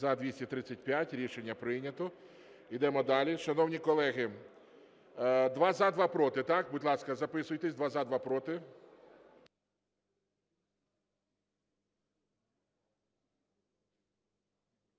За-235 Рішення прийнято. Йдемо далі. Шановні колеги, два – за, два – проти, так? Будь ласка, записуйтесь: два – за, два – проти.